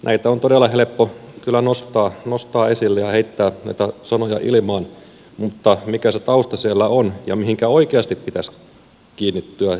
näitä on todella helppo kyllä nostaa esille ja heittää näitä sanoja ilmaan mutta mikä se tausta siellä on ja mihinkä oikeasti pitäisi kiinnittyä ja keskittyä